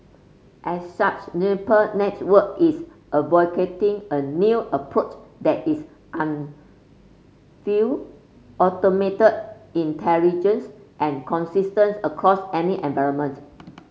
as such Juniper Network is advocating a new approach that is automated intelligence and consistence across any environment